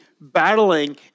battling